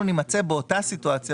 אנחנו נימצא באותה סיטואציה,